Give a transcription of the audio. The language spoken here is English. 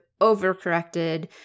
overcorrected